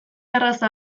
arraza